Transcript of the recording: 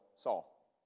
Saul